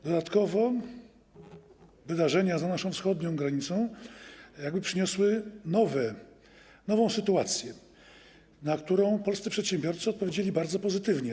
Dodatkowo wydarzenia za naszą wschodnią granicą przyniosły nową sytuację, na którą polscy przedsiębiorcy odpowiedzieli bardzo pozytywnie.